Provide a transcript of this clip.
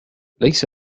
ليس